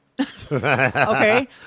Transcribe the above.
Okay